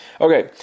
Okay